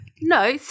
no